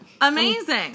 Amazing